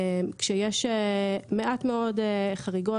כשיש מעט מאוד חריגות.